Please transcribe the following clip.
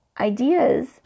ideas